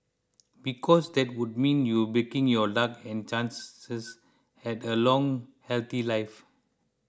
because that would mean you're breaking your luck and chances at a long healthy life